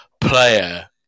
player